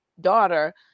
daughter